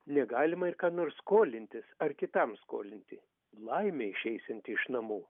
negalima ir kam nors skolintis ar kitam skolinti laimė išeisianti iš namų